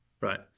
Right